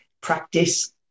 practice